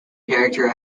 character